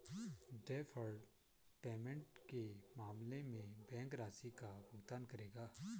deferred payment के मामले में बैंक राशि का भुगतान करेगा